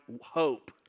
hope